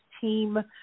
team